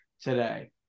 today